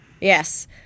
Yes